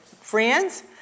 Friends